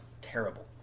Terrible